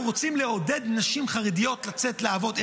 אנחנו רוצים נשים חרדיות לצאת לעבוד,